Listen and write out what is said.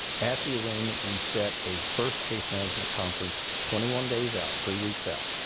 at the arraignment, we set a first case management conference twenty one days out three weeks out.